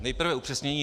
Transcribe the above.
Nejprve upřesnění.